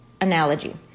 analogy